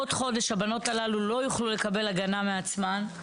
עוד חודש הבנות הללו לא יוכלו לקבל הגנה מעצמן.